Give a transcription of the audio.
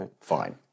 fine